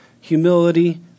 humility